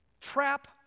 trap